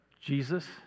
Jesus